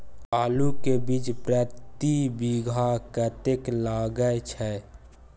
आलू के बीज प्रति बीघा कतेक लागय छै?